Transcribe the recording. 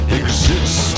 exist